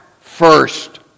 first